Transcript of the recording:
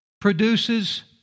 produces